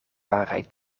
waarheid